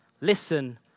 Listen